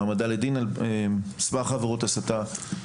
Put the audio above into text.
העמדה לדין על סמך עבירות הסתה,